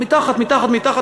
מתחת מתחת מתחת,